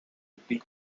rupee